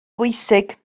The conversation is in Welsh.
bwysig